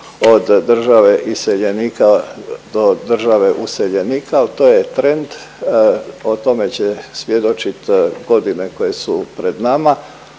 od države iseljenika do države useljenika. To je trend. O tome će svjedočiti godine koje su pred nama,